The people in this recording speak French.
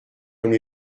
comme